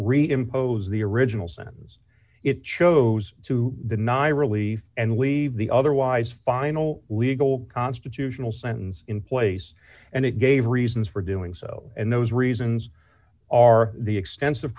read impose the original sentence it chose to deny relief and leave the otherwise final legal constitutional sentence in place and it gave reasons for doing so and those reasons are the extensive